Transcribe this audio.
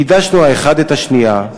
קידשנו האחד את השנייה,